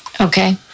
Okay